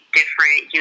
different